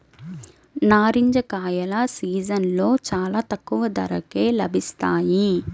నారింజ కాయల సీజన్లో చాలా తక్కువ ధరకే లభిస్తాయి